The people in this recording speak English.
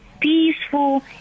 Peaceful